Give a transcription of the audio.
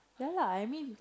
ya lah I mean